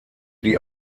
die